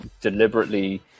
deliberately